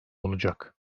olacak